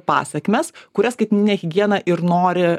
pasekmes kurias skaitmeninė higiena ir nori